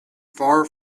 far